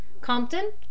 Compton